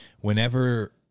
whenever